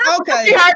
Okay